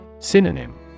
Synonym